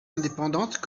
indépendante